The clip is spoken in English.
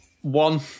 One